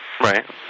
Right